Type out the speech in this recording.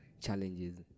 challenges